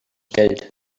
geld